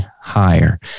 higher